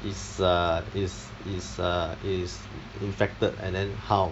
is err is is err is infected and then how